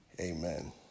amen